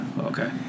Okay